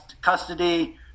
custody